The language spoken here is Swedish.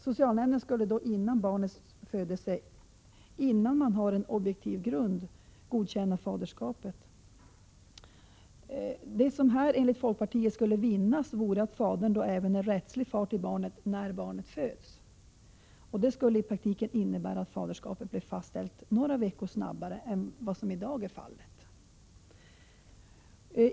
Socialnämnden skulle då före barnets födelse, innan man har en objektiv grund, godkänna faderskapet. Det som här, enligt folkpartiet, skulle vinnas, vore att fadern då även är rättslig fader när barnet föds. Detta skulle i praktiken innebära att faderskapet blev fastställt några veckor snabbare än vad som i dag är fallet.